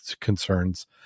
Concerns